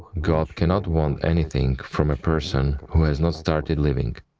god cannot want anything from a person who has not started living.